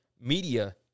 media